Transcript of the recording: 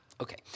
Okay